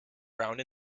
round